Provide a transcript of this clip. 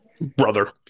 brother